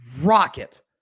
rocket